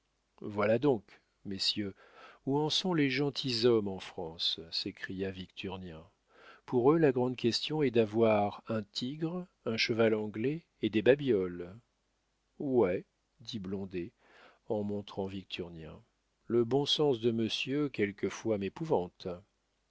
voilà donc messieurs où en sont les gentilshommes en france s'écria victurnien pour eux la grande question est d'avoir un tigre un cheval anglais et des babioles ouais dit blondet en montrant victurnien le bon sens de monsieur quelquefois m'épouvante